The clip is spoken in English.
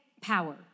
power